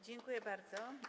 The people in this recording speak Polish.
Dziękuję bardzo.